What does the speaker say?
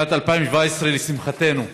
שנת 2017, לשמחתנו,